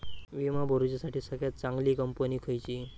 विमा भरुच्यासाठी सगळयात चागंली कंपनी खयची?